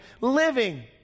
living